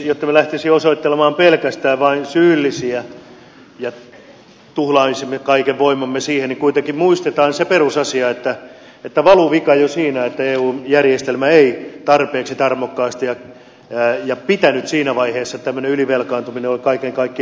jotta emme lähtisi osoittelemaan pelkästään vain syyllisiä ja tuhlaisi kaikkea voimaamme siihen niin kuitenkin muistetaan se perusasia että valuvika oli jo siinä että eun järjestelmä ei tarpeeksi pitänyt siinä vaiheessa ja että tämmöinen ylivelkaantuminen oli kaiken kaikkiaan mahdollista